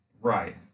Right